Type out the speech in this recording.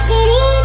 City